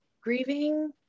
grieving